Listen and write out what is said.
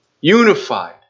unified